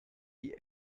die